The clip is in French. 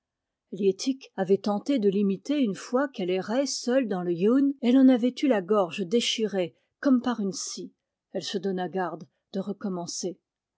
liettik avait tenté de l'imiter une fois qu'elle errait seule dans le yeun et elle en avait eu la gorge déchirée comme par une scie elle se donna garde de recommencer